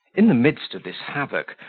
in the midst of this havoc,